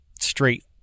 straight